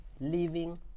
living